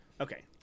Okay